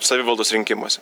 savivaldos rinkimuose